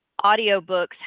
audiobooks